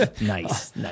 nice